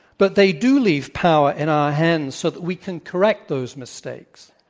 but they do leave power in our hands so that we can correct those mistakes.